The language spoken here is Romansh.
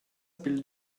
pil